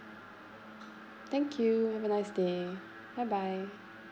thank you have a nice day bye bye